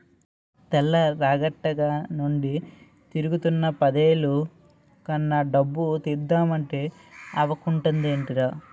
తెల్లారగట్టనుండి తిరుగుతున్నా పదేలు కన్నా డబ్బు తీద్దమంటే అవకుంటదేంటిదీ?